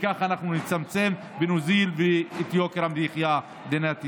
וככה אנחנו נצמצם ונוריד את יוקר המחיה במדינת ישראל.